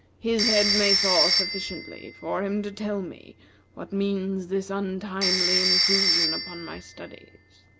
his head may thaw sufficiently for him to tell me what means this untimely intrusion upon my studies.